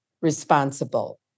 responsible